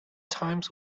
times